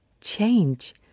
change